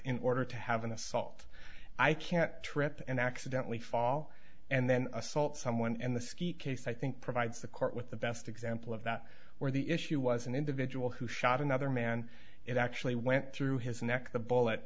in order to have an assault i can't trip and accidentally fall and then assault someone in the ski case i think provides the court with the best example of that where the issue was an individual who shot another man it actually went through his neck the bullet